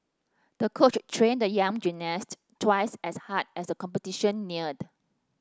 the coach trained the young gymnast twice as hard as the competition neared